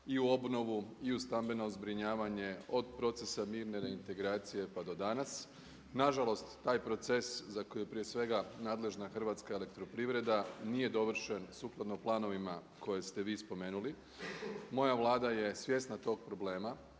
i u obnovu i u stambeno zbrinjavanje od procesa mirne reintegracije pa do danas. Nažalost, taj proces za koji je prije svega nadležna HEP nije dovršen sukladno planovima koje ste vi spomenuli. Moja Vlada je svjesna tog problema.